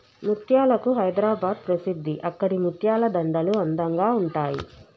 ముత్యాలకు హైదరాబాద్ ప్రసిద్ధి అక్కడి ముత్యాల దండలు అందంగా ఉంటాయి